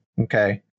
okay